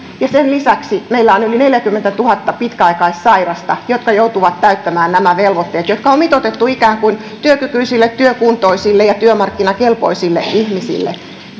ja sen lisäksi meillä on yli neljäkymmentätuhatta pitkäaikaissairasta jotka joutuvat täyttämään nämä velvoitteet jotka on mitoitettu ikään kuin työkykyisille työkuntoisille ja työmarkkinakelpoisille ihmisille